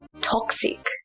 toxic